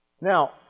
Now